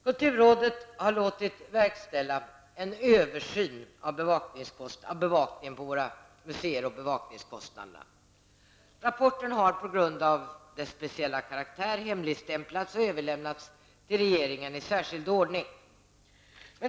Kulturrådet har låtit verkställa en översyn av bevakningen på våra museer och museernas bevakningskostnader. Rapporten har på grund av sin speciella karaktär hemligstämplats och överlämnats till regeringen i särskild ordning.